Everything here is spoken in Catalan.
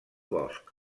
bosc